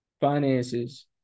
finances